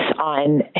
on